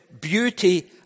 beauty